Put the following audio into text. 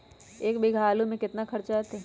एक बीघा आलू में केतना खर्चा अतै?